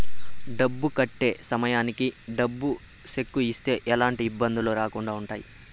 డబ్బు కట్టే సమయానికి డబ్బు సెక్కు ఇస్తే ఎలాంటి ఇబ్బందులు రాకుండా ఉంటాయి